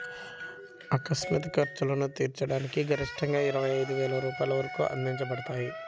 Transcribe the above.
ఆకస్మిక ఖర్చులను తీర్చడానికి గరిష్టంగాఇరవై ఐదు లక్షల వరకు అందించబడతాయి